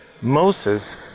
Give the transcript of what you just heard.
Moses